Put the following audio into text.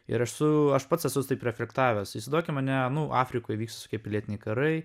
ir esu aš pats esu taip reflektavęs įsivaizduokim ane nu afrikoj vyksta tokie pilietiniai karai